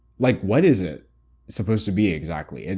like what is it supposed to be exactly? and